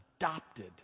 adopted